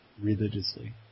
religiously